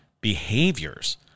behaviors